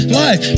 life